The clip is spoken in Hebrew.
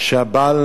שהבעל,